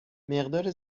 مقدار